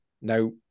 Now